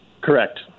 Correct